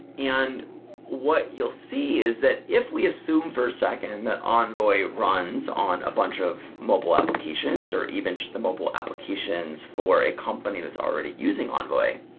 and what you'll see is that if we assume for a second that envoy runs on a bunch of mobile applications or even just the mobile applications for a company that's already using envoy.